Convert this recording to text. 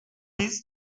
biz